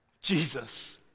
Jesus